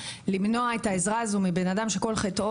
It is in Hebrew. למנוע את העזרה הזו מבן אדם שכל חטאו